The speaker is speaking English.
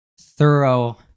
thorough